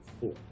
four